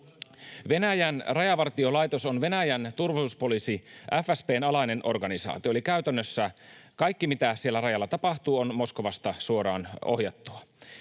Venäjän rajavartiolaitos on Venäjän turvallisuuspoliisi FSB:n alainen organisaatio, eli käytännössä kaikki, mitä siellä rajalla tapahtuu, on Moskovasta suoraan ohjattua.